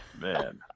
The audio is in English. Man